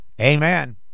Amen